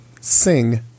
Sing